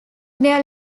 their